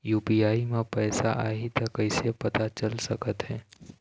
UPI म पैसा आही त कइसे पता चल सकत हे?